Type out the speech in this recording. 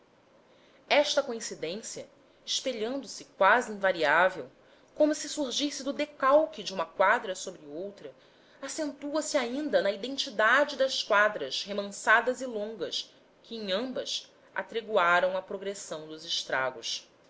esta coincidência espelhando se quase invariável como se surgisse do decalque de uma quadra sobre outra acentua se ainda na identidade das quadras remansadas e longas que em ambas atreguaram a progressão dos estragos